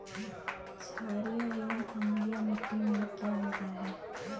छारीय एवं अम्लीय मिट्टी में क्या अंतर है?